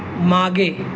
मागे